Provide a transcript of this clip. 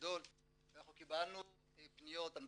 כדי לראות האם באמת אותם נהלים תוקנו.